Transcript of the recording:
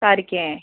सारकें